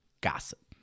gossip